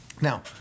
Now